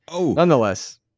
nonetheless